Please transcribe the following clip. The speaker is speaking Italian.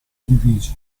edifici